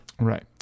Right